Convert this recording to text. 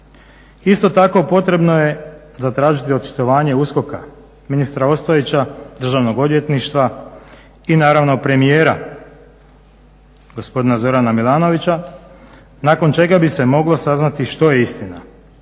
Isto tako potrebno je zatražiti očitovanje USKOK-a, ministra Ostojića, državnog odvjetništva i naravno premijera, gospodina Zorana Milanovića nakon čega bi se moglo saznati što je istina.